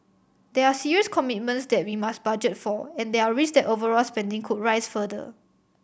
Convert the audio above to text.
these are serious commitments that we must budget for and there are risk that overall spending could rise further